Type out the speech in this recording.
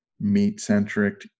meat-centric